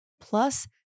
plus